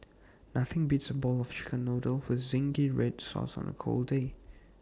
nothing beats A bowl of Chicken Noodles with Zingy Red Sauce on A cold day